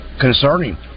concerning